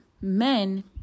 men